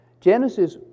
Genesis